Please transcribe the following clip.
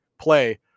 play